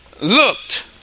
looked